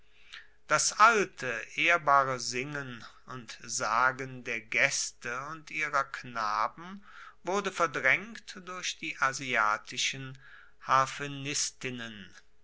das alte ehrbare singen und sagen der gaeste und ihrer knaben wurde verdraengt durch die asiatischen